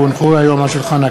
כי הונחו היום על שולחן הכנסת,